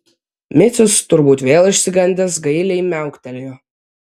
micius turbūt vėl išsigandęs gailiai miauktelėjo